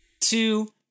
two